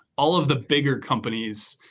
all of the bigger companies,